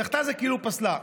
דחתה, זה כאילו פסלה.